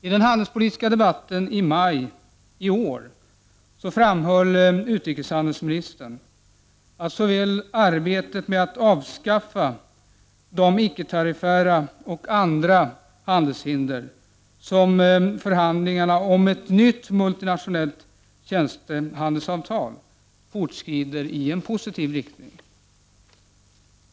I den handelspolitiska debatten i maj i år framhöll utrikeshandelsministern att såväl arbetet med att avskaffa icke-tariffära och andra handelshinder som förhandlingarna om bl.a. ett nytt multilateralt tjänstehandelsavtal fortskrider i en positiv riktning.